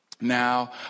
Now